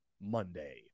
Monday